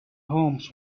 homes